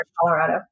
Colorado